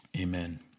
Amen